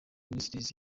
ministries